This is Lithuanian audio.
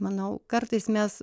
manau kartais mes